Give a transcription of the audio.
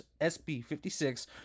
SB56